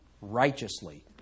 righteously